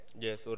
Yes